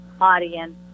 audience